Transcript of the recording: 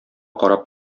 карап